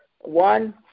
one